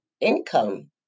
income